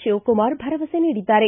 ಶಿವಕುಮಾರ್ ಭರವಸೆ ನೀಡಿದ್ದಾರೆ